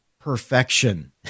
perfection